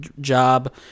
job